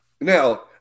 now